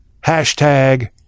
hashtag